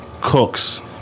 cooks